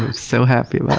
and so happy about